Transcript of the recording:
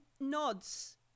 nods